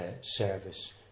service